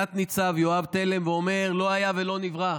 תת-ניצב יואב תלם ואומר: לא היה ולא נברא,